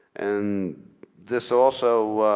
and this also